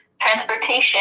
transportation